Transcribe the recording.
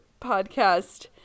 podcast